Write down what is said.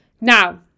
Now